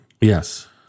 Yes